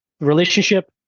relationship